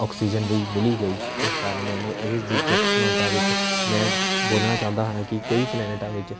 oxygen ਵੀ ਮਿਲ ਗਈ ਇਸ ਕਾਰਨ ਮੈਨੂੰ ਇਹ ਦਿਲਚਸਪ ਸਮਾਨਤਾ ਵਿੱਚ ਮੈਂ ਬੋਲਣਾ ਚਾਹੁੰਦਾ ਹਾਂ ਕਿ ਕਈ ਪਲੈਨਟਾਂ ਵਿੱਚ